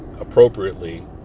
appropriately